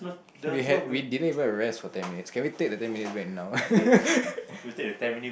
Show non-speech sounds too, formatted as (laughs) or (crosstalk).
can we had we didn't even rest for ten minutes can take the ten minutes right now (laughs)